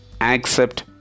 accept